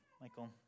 Michael